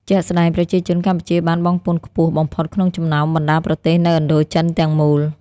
ជាក់ស្ដែង ប្រជាជនកម្ពុជាបានបង់ពន្ធខ្ពស់បំផុតក្នុងចំណោមបណ្ដាប្រទេសនៅឥណ្ឌូចិនទាំងមូល។